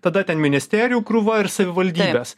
tada ten ministerijų krūva ir savivaldybes